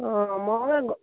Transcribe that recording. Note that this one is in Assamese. অঁ মই